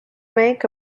make